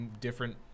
different